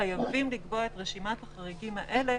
חייבים לקבוע את רשימת החריגים האלה,